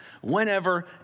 whenever